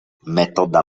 metoda